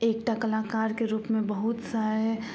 एकटा कलाकारके रूपमे बहुत से